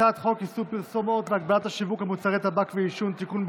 הצעת חוק איסור פרסומת והגבלת השיווק של מוצרי טבק ועישון (תיקון,